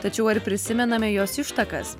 tačiau ar prisimename jos ištakas